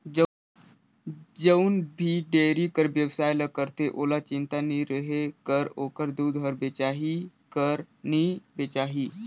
जउन भी डेयरी कर बेवसाय ल करथे ओहला चिंता नी रहें कर ओखर दूद हर बेचाही कर नी बेचाही